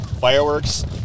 fireworks